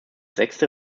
sechste